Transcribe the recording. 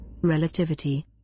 Relativity